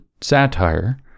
satire